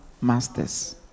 masters